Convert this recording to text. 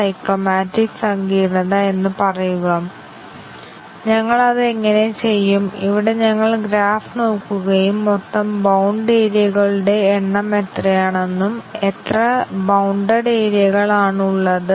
ഞങ്ങൾ മൂന്നാമത്തെ ബേസിക് വ്യവസ്ഥയെ ശരിയും തെറ്റും ആയി സജ്ജമാക്കി ഇവ രണ്ടും ശരിയും തെറ്റും ആയി നിലനിർത്തുന്നു അതിനാൽ ബ്രാഞ്ച് ഫലം ടോഗിൾ ചെയ്യുന്നു